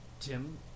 Tim